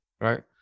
right